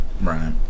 Right